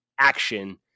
action